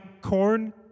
corn